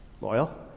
Loyal